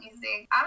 music